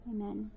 Amen